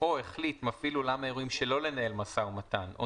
או החליט מפעיל אולם האירועים שלא לנהל משא ומתן או